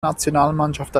nationalmannschaft